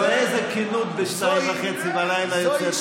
איזו כנות יוצאת ב-02:30 מאנשים.